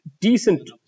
decent